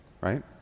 right